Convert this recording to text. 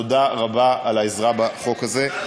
תודה רבה על העזרה בחוק הזה.